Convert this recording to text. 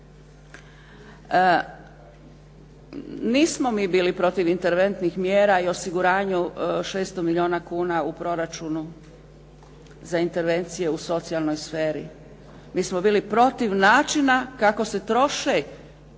Nismo mi bili protiv interventnih mjera i osiguranju 600 milijuna kuna u proračunu za intervencije u socijalnoj sferi. Mi smo bili protiv načina kako se troše